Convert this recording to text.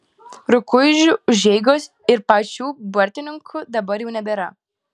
rukuižų užeigos ir pačių bartininkų dabar jau nebėra